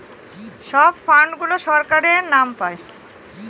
সব ফান্ড গুলো সরকারের নাম পাই